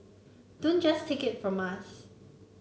don't just take it from us